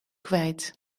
kwijt